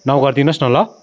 नौ गरिदिनुहोस् न ल